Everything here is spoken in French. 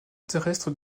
terrestre